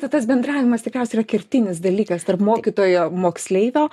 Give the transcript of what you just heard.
tai tas bendravimas tikriausiai yra kertinis dalykas tarp mokytojo moksleivio